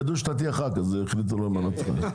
ידעו שאתה תהיה ח"כ אז החליטו לא למנות אותך.